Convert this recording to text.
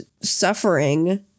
suffering